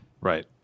Right